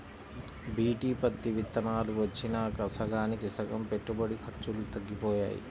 BT పత్తి విత్తనాలు వచ్చినాక సగానికి సగం పెట్టుబడి ఖర్చులు తగ్గిపోయాయి